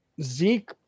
Zeke